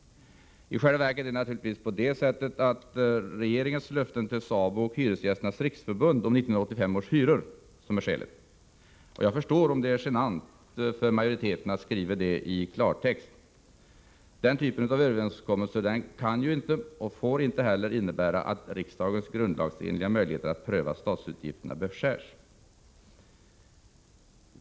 I själva verket är naturligtvis regeringens löften till SABO och Hyresgästernas riksförbund om 1985 års hyror skälet, och jag förstår att det är genant för majoriteten att skriva det i klartext. Den typen av överenskommelser kan inte och får inte heller innebära att riksdagens grundlagsenliga möjligheter att pröva statsutgifterna beskärs.